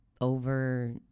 over